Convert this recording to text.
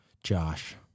Josh